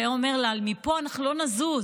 והיה אומר לה: מפה אנחנו לא נזוז.